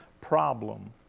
problem